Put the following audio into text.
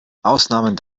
ausnahmen